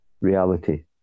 reality